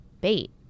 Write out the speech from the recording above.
bait